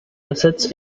cassettes